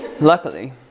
Luckily